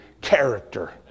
character